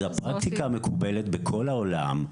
זו הפרקטיקה המקובלת בכל העולם.